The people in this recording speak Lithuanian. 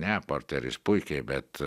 ne porteris puikiai bet